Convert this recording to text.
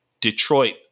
Detroit